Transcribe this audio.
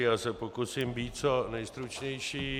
Já se pokusím být co nejstručnější.